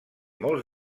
molts